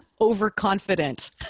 overconfident